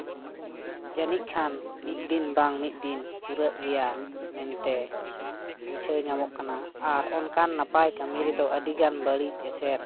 ᱡᱟᱹᱢᱤᱡ ᱠᱷᱟᱱ ᱢᱤᱫ ᱫᱤᱱ ᱵᱟᱝ ᱢᱤᱫ ᱫᱤᱱ ᱯᱩᱨᱟᱹᱜ ᱜᱮᱭᱟ ᱢᱮᱱᱛᱮ ᱵᱩᱡᱷᱟᱹᱣ ᱧᱟᱢᱚᱜ ᱠᱟᱱᱟ ᱟᱨ ᱚᱱᱠᱟᱱ ᱱᱟᱯᱟᱭ ᱠᱟᱹᱢᱤ ᱨᱮᱫᱚ ᱟᱹᱰᱤᱜᱟᱱ ᱵᱟᱹᱲᱤᱡ ᱮᱥᱮᱨ